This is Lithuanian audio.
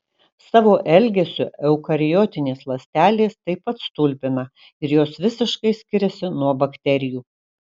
savo elgesiu eukariotinės ląstelės taip pat stulbina ir jos visiškai skiriasi nuo bakterijų